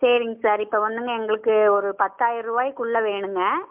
சரிங்க சார் இப்போ வந்துங்க எங்களுக்கு ஒரு பத்தாயிருவாய்க்குள்ளே வேணுங்க